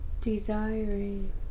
desiring